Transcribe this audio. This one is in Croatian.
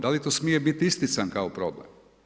Da li to smije biti istican kao problem?